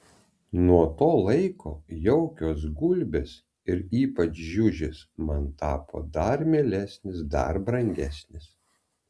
nuo to laiko jaukios gulbės ir ypač žiužis man tapo dar mielesnis dar brangesnis